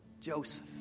Joseph